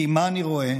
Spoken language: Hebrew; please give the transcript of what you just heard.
כי מה אני רואה?